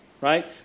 right